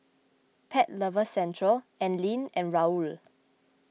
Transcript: Pet Lovers Centre Anlene and Raoul